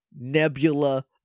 nebula